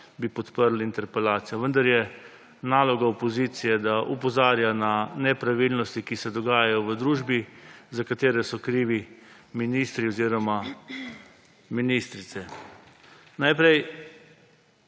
bi podprli interpelacijo, vendar je naloga opozicije, da opozarja na nepravilnosti, ki se dogajajo v družbi, za katere so krivi ministri oziroma ministrice. Najprej